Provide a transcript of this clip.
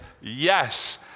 yes